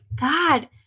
God